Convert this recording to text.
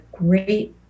great